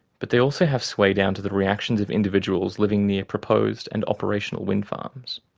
but they also have sway down to the reactions of individuals living near proposed and operational wind farms.